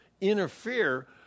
interfere